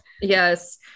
Yes